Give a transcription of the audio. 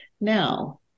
now